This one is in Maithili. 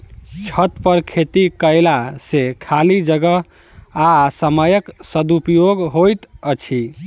छतपर खेती कयला सॅ खाली जगह आ समयक सदुपयोग होइत छै